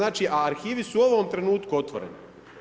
A arhivi su u ovom trenutku otvoreni.